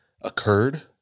occurred